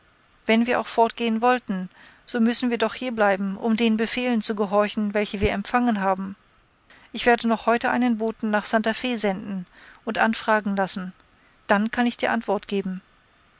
wenn wir auch fortgehen wollten so müssen wir doch hier bleiben um den befehlen zu gehorchen welche wir empfangen haben ich werde noch heut einen boten nach santa f senden und anfragen lassen dann kann ich dir antwort geben